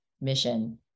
mission